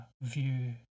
view